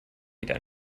wieder